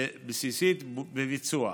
בביצוע.